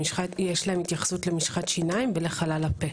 יש להם התייחסות למשחת שיניים ולחלל הפה.